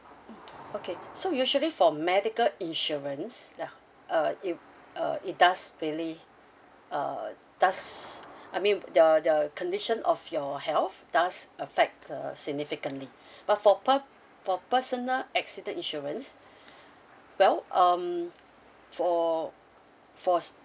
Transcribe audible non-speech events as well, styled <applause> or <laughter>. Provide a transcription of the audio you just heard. mm okay so usually for medical insurance ya uh it uh it does really uh does I mean the the the condition of your health does affect uh significantly <breath> but for per~ for personal accident insurance <breath> well um for for